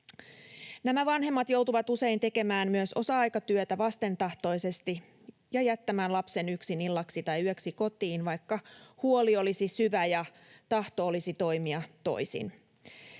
Nämä vanhemmat joutuvat usein tekemään myös osa-aikatyötä vastentahtoisesti ja jättämään lapsen yksin illaksi tai yöksi kotiin, vaikka huoli olisi syvä ja tahto olisi toimia toisin.